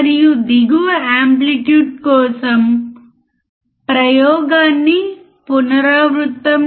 మనము ఇన్పుట్ను పెంచుతాము మనము అవుట్పుట్లో మార్పును చూస్తాము